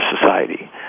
society